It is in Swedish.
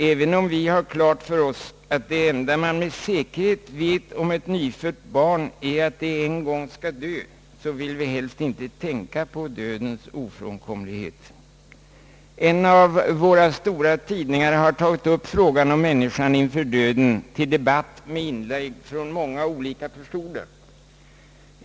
Även om vi har klart för oss, att det enda man med säkerhet vet om ett nyfött barn är att det en gång skall dö, vill vi helst inte tänka på dödens ofrånkomlighet. En av våra stora tidningar har tagit upp frågan om människan inför döden till debatt med inlägg från många olika personer.